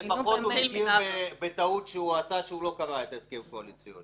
אז לפחות הוא מכיר בטעות שהוא עשה כשהוא לא קרא את ההסכם הקואליציוני.